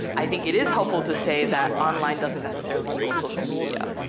i think it is helpful to say, that online doesn't necessarily equal social media,